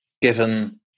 given